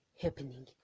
happening